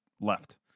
left